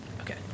Okay